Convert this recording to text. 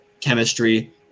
chemistry